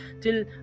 till